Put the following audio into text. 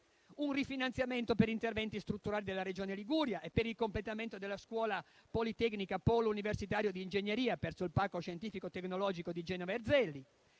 un rifinanziamento per interventi strutturali della Regione Liguria e per il completamento della Scuola politecnica Polo universitario di ingegneria presso il Parco scientifico e tecnologico di Genova Erzelli;